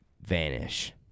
vanish